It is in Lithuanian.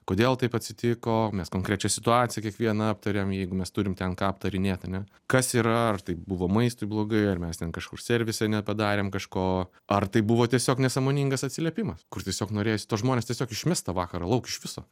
kodėl taip atsitiko mes konkrečią situaciją kiekvieną aptariam jeigu mes turim ten ką aptarinėt ane kas yra ar tai buvo maistui blogai ar mes ten kažkur servise nepadarėm kažko ar tai buvo tiesiog nesąmoningas atsiliepimas kur tiesiog norėjosi tuos žmones tiesiog išmest tą vakarą lauk iš viso